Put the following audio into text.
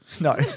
No